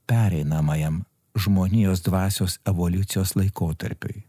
pereinamajam žmonijos dvasios evoliucijos laikotarpiui